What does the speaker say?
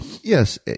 yes